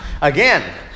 again